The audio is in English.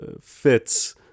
fits